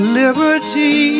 liberty